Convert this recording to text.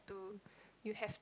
you have to